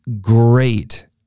great